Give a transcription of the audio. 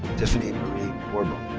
tiffany marie borbon.